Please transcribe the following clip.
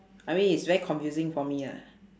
I mean is very confusing for me ah